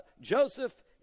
Joseph